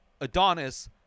Adonis